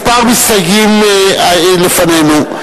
כמה מסתייגים לפנינו,